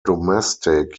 domestic